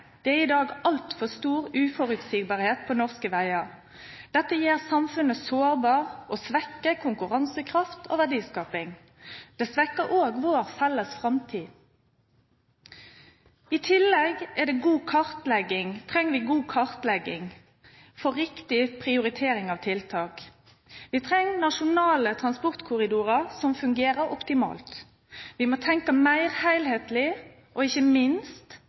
Det er i dag altfor stor uforutsigbarhet når det gjelder norske veier. Dette gjør samfunnet sårbart og svekker konkurransekraft og verdiskaping. Det svekker også vår felles framtid. I tillegg trenger vi god kartlegging for å få riktig prioritering av tiltak. Vi trenger nasjonale transportkorridorer som fungerer optimalt. Vi må tenke mer helhetlig, og ikke minst